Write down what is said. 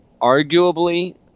arguably